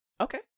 Okay